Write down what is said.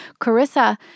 Carissa